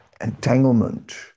entanglement